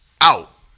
out